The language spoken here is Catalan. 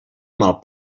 mal